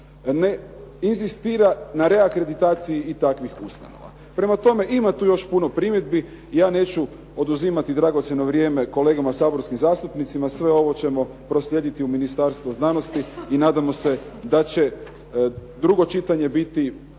ne inzistira na reakreditaciji takvih ustanova. Prema tome, ima tu još puno primjedbi, ja neću oduzimati dragocijeno vrijeme kolegama saborskim zastupnicima, sve ovo ćemo proslijediti u Ministarstvo znanosti i nadamo se da će drugo čitanje biti,